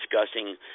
discussing